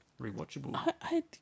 rewatchable